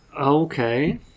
Okay